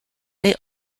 they